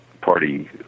Party